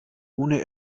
ohne